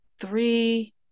three